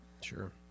Sure